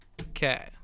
okay